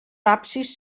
absis